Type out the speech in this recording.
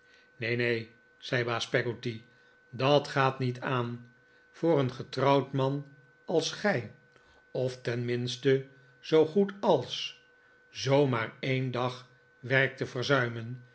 neen neen zei baas peggotty dat gaat niet aan voor een getrouwd man als gij of tenminste zoo goed als zoo maar een dag werk te